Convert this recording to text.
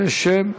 בשם.